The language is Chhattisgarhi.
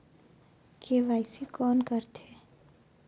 के.वाई.सी कोन करथे?